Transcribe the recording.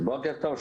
בוקר טוב.